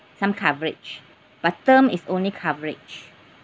some coverage but term is only coverage